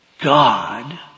God